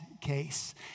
case